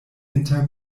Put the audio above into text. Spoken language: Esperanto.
inter